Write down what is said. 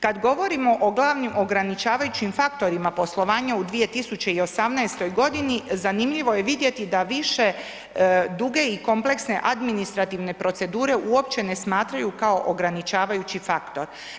Kad govorimo o glavnim ograničavajućim faktorima poslovanja u 2018. godini, zanimljivo je vidjeti da više duge i kompleksne administrativne procedure uopće ne smatraju kao ograničavajući faktor.